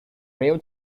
real